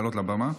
לעלות לבמה.